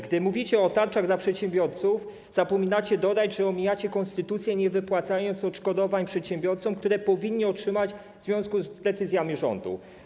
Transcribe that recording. Gdy mówicie o tarczach dla przedsiębiorców, zapominacie dodać, że omijacie konstytucję, nie wypłacając przedsiębiorcom odszkodowań, które powinni otrzymać w związku z decyzjami rządu.